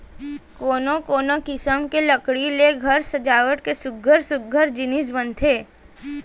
कोनो कोनो किसम के लकड़ी ले घर सजावट के सुग्घर सुग्घर जिनिस बनथे